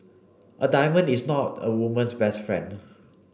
a diamond is not a woman's best friend